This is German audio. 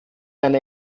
eine